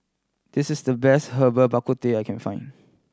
this is the best Herbal Bak Ku Teh I can find